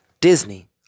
Disney